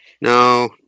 No